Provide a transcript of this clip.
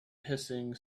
hissing